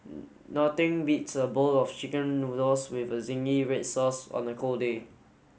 nothing beats a bowl of chicken noodles with a zingy red sauce on a cold day